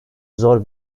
zor